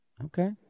Okay